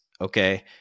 okay